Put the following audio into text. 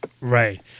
Right